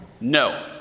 No